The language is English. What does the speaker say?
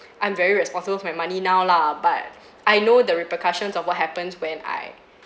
I'm very responsible with my money now lah but I know the repercussions of what happens when I